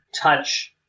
touch